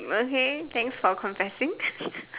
okay thanks for confessing